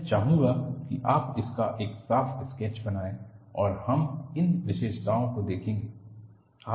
मैं चाहूंगा कि आप इसका एक साफ स्केच बनाएं और हम इन विशेषताओं को देखेंगे